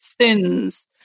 sins